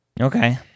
Okay